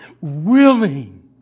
willing